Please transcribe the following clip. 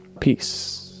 Peace